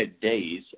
days